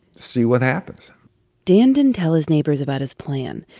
see what happens dan didn't tell his neighbors about his plan.